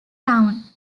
town